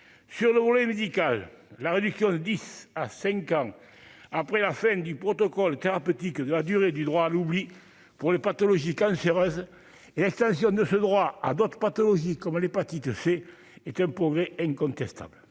sur le volet médical, la réduction de 10 à 5 ans après la fin du protocole thérapeutique de la durée du droit à l'oubli pour les pathologies cancéreuses et ça, si on ne ce droit à d'autres pathologies comme l'hépatite C, est un progrès incontestable,